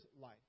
life